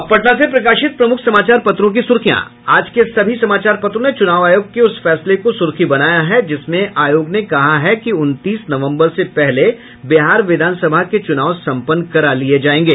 अब पटना से प्रकाशित प्रमुख समाचार पत्रों की सुर्खियां आज के सभी समाचार पत्रों ने चुनाव आयोग के उस फैसले को सुर्खी बनाया है जिसमें आयोग ने कहा है कि उनतीस नवंबर से पहले बिहार विधान सभा के चुनाव संपन्न करा लिये जायेंगे